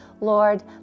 Lord